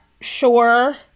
sure